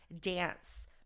dance